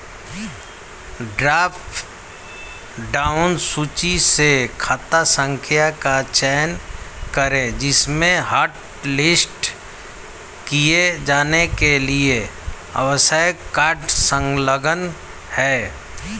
drop down सूची से खाता संख्या का चयन करें जिसमें हॉटलिस्ट किए जाने के लिए आवश्यक कार्ड संलग्न है